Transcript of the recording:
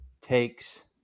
takes